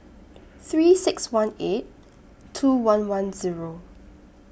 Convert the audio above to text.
three six one eight two one one Zero